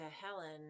Helen